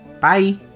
Bye